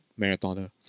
marathoner